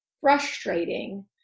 frustrating